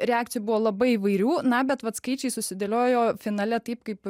reakcijų buvo labai įvairių na bet vat skaičiai susidėliojo finale taip kaip